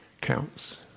counts